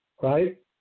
right